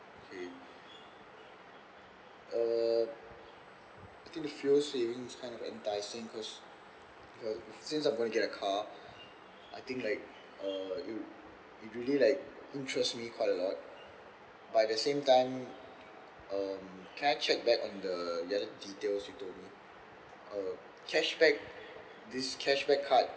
okay err I think the fuel saving is kind of enticing cause since I'm going to get a car I think like uh you it really like interest me quite a lot but at the same time um can I check back on the the other detail you told me uh cashback this cashback card